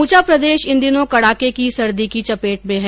समूचा प्रदेश इन दिनों कड़ाके की सर्दी की चपेट में है